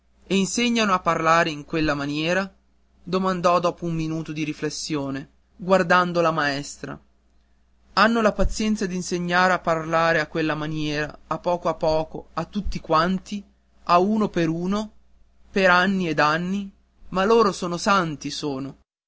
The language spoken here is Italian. insegnano a parlare in quella maniera domandò dopo un minuto di riflessione guardando la maestra hanno la pazienza d'insegnare a parlare a quella maniera a poco a poco a tutti quanti a uno a uno per anni e anni ma loro sono santi sono